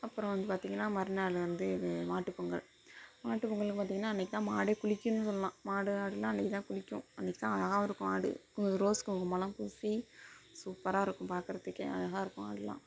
அப்புறம் வந்து பார்த்திங்கன்னா மறுநாள் வந்து மாட்டுப்பொங்கல் மாட்டுப்பொங்கல்னு பார்த்திங்கன்னா அன்னைக்கு தான் மாடே குளிக்கும்னு சொல்லலாம் மாடு ஆடுலாம் அன்றைக்கு தான் குளிக்கும் அன்றைக்கு தான் அழகாகவும் இருக்கும் ஆடு இந்த ரோஸ் குங்குமம்லாம் பூசி சூப்பராக இருக்கும் பார்க்குறதுக்கே அழகாக இருக்கும் ஆடுலாம்